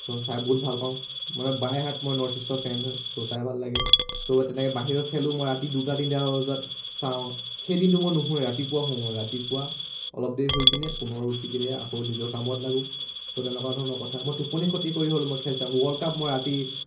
চ' চাই বহুত ভাল পাওঁ মানে বাই হাৰ্ট মই নৰ্থ ইষ্টৰ ফেন হয় চ' চাই ভাল লাগে চ' তেনেকৈ বাহিৰৰ খেলো মই ৰাতি দুটা তিনিটা বজাত চাওঁ সেই দিনটো মই নুহয় ৰাতিপুৱা শুওঁ ৰাতিপুৱা অলপ দেৰি শুই পিনে পুনৰ উঠি পিনে আকৌ নিজৰ কামত লাগোঁ চ' তেনেকুৱা ধৰণৰ কথা মই টোপনি খতি কৰি হ'ল মই খেল চাওঁ ৱৰ্ল্ড কাপ মই ৰাতি